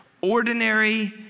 Ordinary